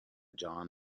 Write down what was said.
john